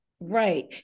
Right